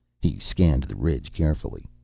he scanned the ridge carefully.